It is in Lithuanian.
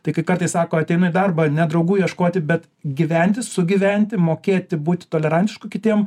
tai kai kartais sako ateinu į darbą ne draugų ieškoti bet gyventi sugyventi mokėti būti tolerantišku kitiem